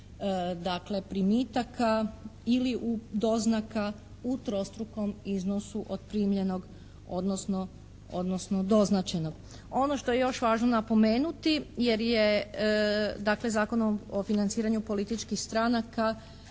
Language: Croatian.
dakle primitaka ili doznaka u trostrukom iznosu od primljenog odnosno doznačenog. Ono što je još važno napomenuti jer je dakle Zakonom o financiranju političkih stranaka